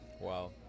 Wow